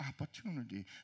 opportunity